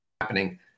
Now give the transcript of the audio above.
happening